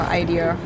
idea